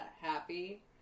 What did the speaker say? happy